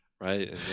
Right